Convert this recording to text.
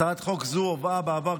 הצעת חוק זו הובאה בעבר,